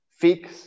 fix